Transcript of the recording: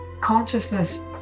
consciousness